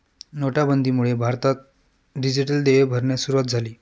नोटाबंदीमुळे भारतात डिजिटल देय भरण्यास सुरूवात झाली